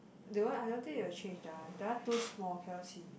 the one I don't think they will change lah that one too small cannot see